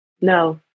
No